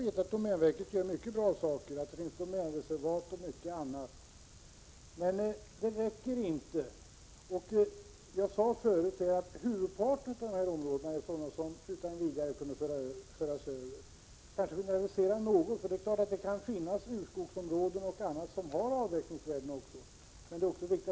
Det är klart att det kan finnas urskogsområden och annat som också har avverkningsvärde, men det är viktigt att också sådana områden kan föras över och att man på det sättet sammanlagt kan göra avskrivningar och överföringar till naturvårdsfonden. Men frågan gällde tidplanen, Ove Karlsson. När tror Ove Karlsson att dessa områden kan vara säkerställda?